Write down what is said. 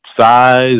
size